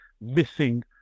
missing